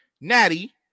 Natty